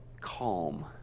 calm